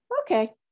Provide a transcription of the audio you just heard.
okay